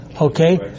Okay